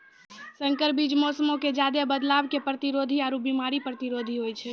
संकर बीज मौसमो मे ज्यादे बदलाव के प्रतिरोधी आरु बिमारी प्रतिरोधी होय छै